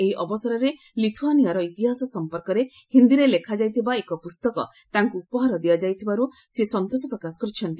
ଏହି ଅବସରରେ ଲିଥୁଆନିଆର ଇତିହାସ ସମ୍ପର୍କରେ ହିନ୍ଦୀରେ ଲେଖାଯାଇଥିବା ଏକ ପୁସ୍ତକ ତାଙ୍କୁ ଉପହାର ଦିଆଯାଇଥିବାରୁ ସେ ସନ୍ତୋଷ ପ୍ରକାଶ କରିଛନ୍ତି